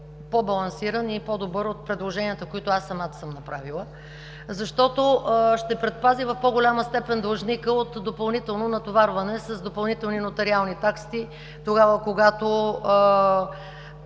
по-балансиран и по-добър от предложенията, които аз самата съм направила, защото ще предпази в по-голяма степен длъжника от допълнително натоварване с допълнителни нотариални такси тогава, когато